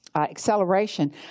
acceleration